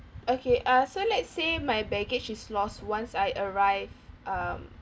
okay uh so let's say my baggage is lost once I arrived um